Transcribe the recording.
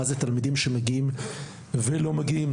מה זה תלמידים שמגיעים ולא מגיעים.